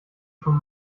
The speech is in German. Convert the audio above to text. schon